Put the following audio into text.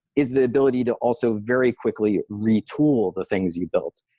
is the ability to also very quickly retool the things you built.